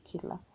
killer